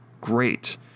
great